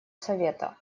совета